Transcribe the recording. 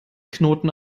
knoten